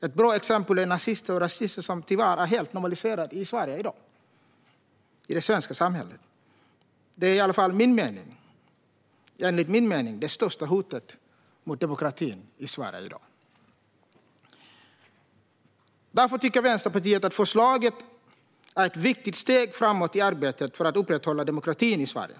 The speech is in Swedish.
Ett bra exempel är att nazister och rasister tyvärr är något helt normaliserat i det svenska samhället. Det är enligt min mening det största hotet mot demokratin i Sverige i dag. Vänsterpartiet tycker att förslaget är ett viktigt steg framåt i arbetet för att upprätthålla demokratin i Sverige.